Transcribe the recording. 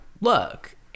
look